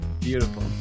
Beautiful